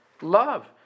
love